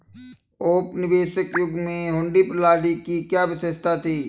औपनिवेशिक युग में हुंडी प्रणाली की क्या विशेषता थी?